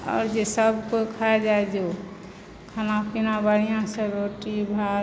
आओर जे सभकोइ खाइ जाइ जो खाना पीना बढ़िआँसँ रोटी भात